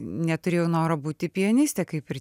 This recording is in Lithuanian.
neturėjau noro būti pianiste kaip ir